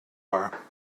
are